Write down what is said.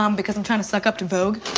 um because i'm trying to suck up to vogue.